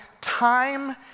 time